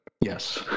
Yes